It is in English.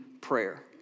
prayer